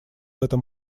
этом